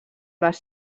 les